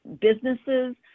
businesses